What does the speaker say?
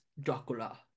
Dracula